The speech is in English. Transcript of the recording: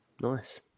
Nice